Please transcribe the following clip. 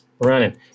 running